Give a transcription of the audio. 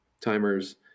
timers